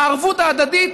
הערבות ההדדית,